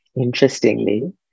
interestingly